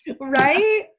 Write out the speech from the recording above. Right